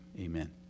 amen